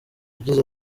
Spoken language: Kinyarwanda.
yagize